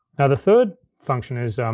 now the third function is,